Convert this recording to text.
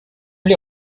les